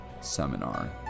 Seminar